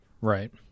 Right